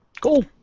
Cool